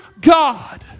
God